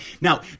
now